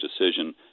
decision